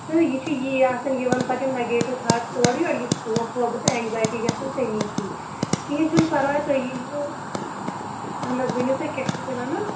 تہٕ یہِ چھُ ییی یہِ آسان یِوان پَتہٕ یِم نَگیٹِو تھاٹٕس اورٕ یورٕ یہِ خوف ووف گژھان اینزایٹی گژھان تہٕ تٔمی سۭتۍ کِہیٖنۍ چھُنہٕ پَرواے تُہۍ یی زیو اہن حظ ؤنِو تُہۍ کیٛاہ چھُ تۄہہِ وَنان